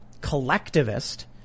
collectivist